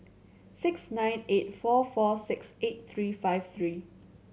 six nine eight four four six eight three five three